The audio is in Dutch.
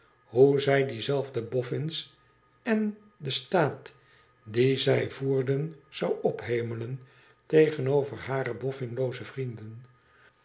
hoe zij die zelfde boffins en den staat dien zij voerden zou ophemelen tegenover hare boffinlooze vrienden